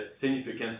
significant